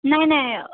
नाही नाही